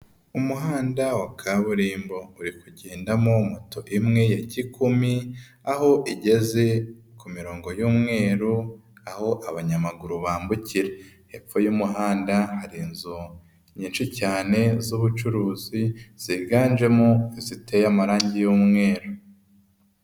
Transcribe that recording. Umuhanda wa kaburimbo uri kugendamo moto imwe ya kikumi aho igeze kurongo y'umweru aho abanyamaguru bambukira, hepfo y'umuhanda hari inzu nyinshi cyane z'ubucuruzi ziganjemo ziteye amarange y'umweru.